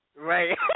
Right